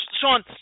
Sean